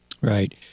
Right